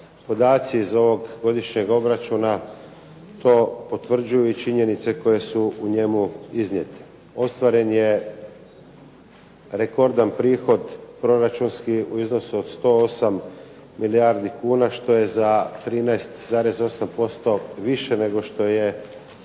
podaci iz ovog godišnjeg obračuna to potvrđuju i činjenice koje su u njemu iznijete. Ostvaren je rekordan prihod proračunski u iznosu od 108 milijardi kuna što je za 13,8% više nego što je